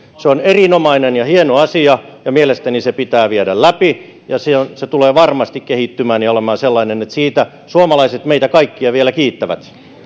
on erinomainen ja hieno asia ja mielestäni se pitää viedä läpi ja se ja se tulee varmasti kehittymään ja olemaan sellainen että siitä suomalaiset meitä kaikkia vielä kiittävät